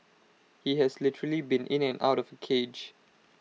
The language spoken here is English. he has literally been in and out of A cage